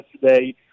yesterday